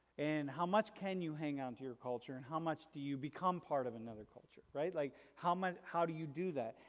and how much can you hang on to your culture and how much do you become part of another culture, right? like how much, how do you do that?